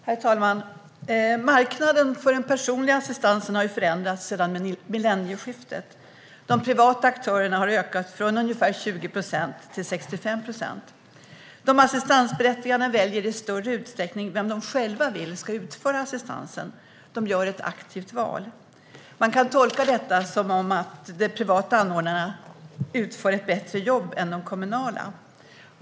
Herr talman! Marknaden för den personliga assistansen har förändrats sedan millennieskiftet. De privata aktörerna har ökat från ungefär 20 procent till 65 procent. De assistansberättigade väljer i större utsträckning vem de själva vill ska utföra assistansen. De gör ett aktivt val. Man kan tolka detta som att de privata anordnarna utför ett bättre jobb än de kommunala.